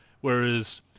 whereas